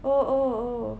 oh oh oh